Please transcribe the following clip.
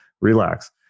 Relax